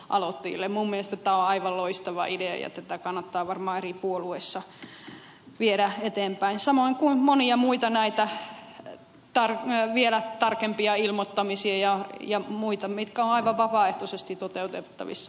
minun mielestäni tämä on aivan loistava idea ja tätä kannattaa varmaan eri puolueissa viedä eteenpäin samoin kuin monia muita näitä vielä tarkempia ilmoittamisia ja muita sellaisia jotka ovat aivan vapaaehtoisesti toteutettavissa